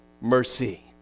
mercy